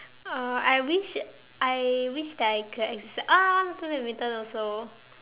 uh I wish I wish that I could accept uh I want to play badminton also